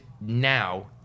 now